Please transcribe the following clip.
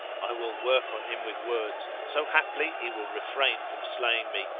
i will work on him with words so haply he will refrain from slaying me,